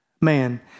man